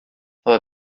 aber